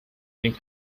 den